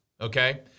Okay